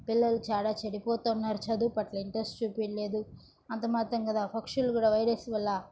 పిల్లలు చాలా చెడిపోతున్నారు చదువుపట్ల ఇంట్రెస్ట్ చూపియలేదు అంతమాత్రంగదా పక్షులు కూడా వైరస్ వల్ల